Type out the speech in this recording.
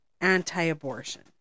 anti-abortion